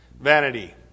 vanity